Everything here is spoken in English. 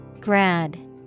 grad